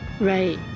right